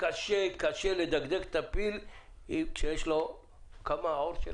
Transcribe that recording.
קשה לדגדג את הפיל כשיש לו עור עבה